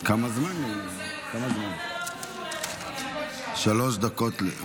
שלוש דקות.